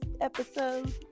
episode